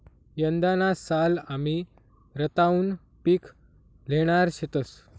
यंदाना साल आमी रताउनं पिक ल्हेणार शेतंस